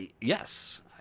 Yes